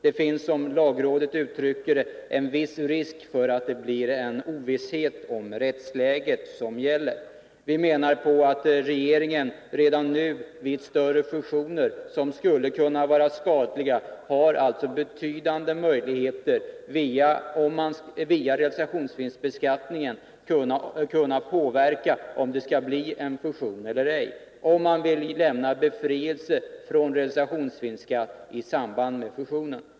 Det finns, som lagrådet uttrycker det, en viss risk för att det blir en ovisshet om vilket rättsläge som råder. Vi menar att regeringen redan nu vid större fusioner, som skulle kunna vara skadliga, har betydande möjligheter att via realisationsvinstbeskattningen påverka om det skall bli en fusion eller ej — genom att medge eller inte medge befrielse från realisationsvinstbeskattning i samband med en fusion.